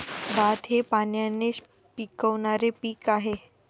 भात हे पाण्याने पिकणारे पीक आहे